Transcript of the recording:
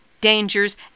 dangers